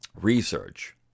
research